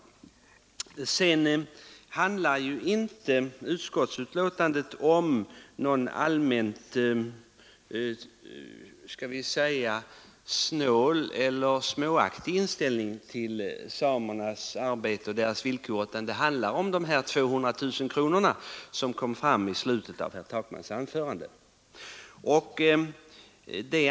Utskottsbetänkandet ger inte uttryck för någon allmänt snål eller småaktig inställning till samernas arbete och villkor, utan det handlar om dessa 200000 kronor som herr Takman nämnde i slutet av sitt anförande.